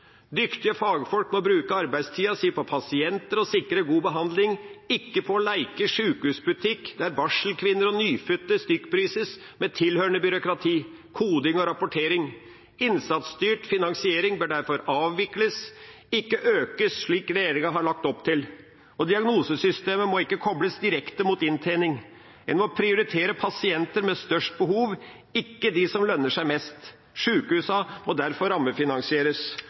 Dyktige fagfolk må få bruke arbeidstida si på pasienter og sikre god behandling, ikke på å leke sjukehusbutikk, der barselkvinner og nyfødte stykkprises med tilhørende byråkrati, koding og rapportering. Innsatsstyrt finansiering bør derfor avvikles, ikke økes, slik regjeringa har lagt opp til. Diagnosesystemet må ikke kobles direkte mot inntjening. En må prioritere pasientene med størst behov, ikke de som lønner seg mest. Sjukehusa må derfor rammefinansieres.